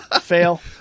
Fail